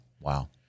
Wow